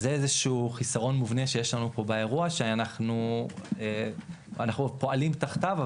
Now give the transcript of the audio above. אז זה איזשהו חיסרון מובנה שיש לנו פה באירוע שאנחנו פועלים תחתיו,